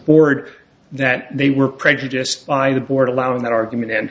board that they were prejudiced by the board allowed in that argument and